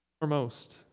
foremost